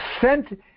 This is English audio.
sent